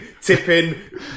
tipping